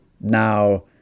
Now